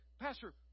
Pastor